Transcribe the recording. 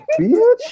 bitch